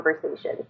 conversation